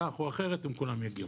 כך או אחרת הם כולם יגיעו.